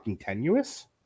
tenuous